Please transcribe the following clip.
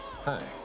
Hi